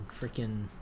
freaking